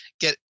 get